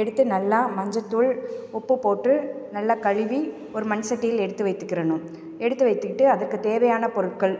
எடுத்து நல்லா மஞ்சள்தூள் உப்பு போட்டு நல்லா கழுவி ஒரு மண்சட்டியில் எடுத்து வைத்துக்கிடணும் எடுத்து வைத்துக்கிட்டு அதுக்குத் தேவையான பொருட்கள்